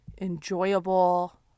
enjoyable